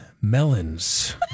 melons